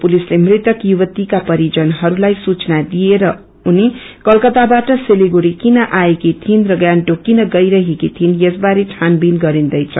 पुलिसले मृतक युवतीका परिजनहरूलाई सूचना दिए र उनि कोलकत्तावाट सिलिगुङी किन आएकी थिइन् र गंगोटक किन गईरहेकि थिइन् यस बारे छनबीन गरिन्दैछ